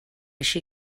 així